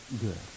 good